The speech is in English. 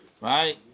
Right